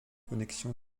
connexion